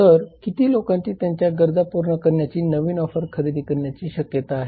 तर किती लोकांची त्यांच्या गरजा पूर्ण करण्यासाठी नवीन ऑफर खरेदी करण्याची शक्यता आहे